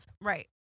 Right